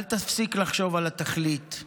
אל תפסיק לחשוב על התכלית".